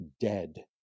dead